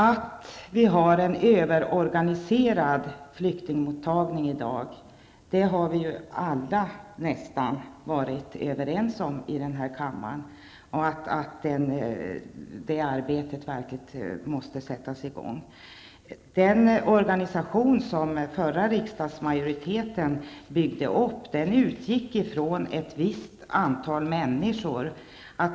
Att vi har en överorganiserad flyktingmottagning i dag och att arbetet verkligen måste sättas i gång, har vi nästan alla i denna kammare varit överens om. Den organisation som den förra riksdagsmajoriteten byggde upp utgick från ett visst antal människor.